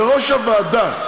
בראש הוועדה,